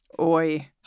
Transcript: Oi